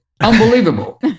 unbelievable